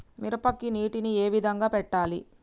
మిరపకి నీటిని ఏ విధంగా పెట్టాలి?